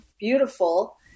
beautiful